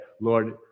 Lord